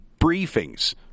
briefings